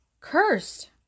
cursed